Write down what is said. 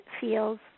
feels